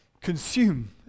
consume